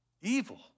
evil